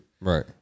Right